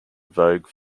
vogue